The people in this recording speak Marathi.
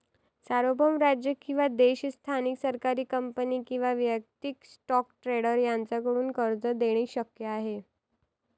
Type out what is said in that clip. सार्वभौम राज्य किंवा देश स्थानिक सरकारी कंपनी किंवा वैयक्तिक स्टॉक ट्रेडर यांच्याकडून कर्ज देणे शक्य आहे